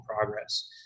progress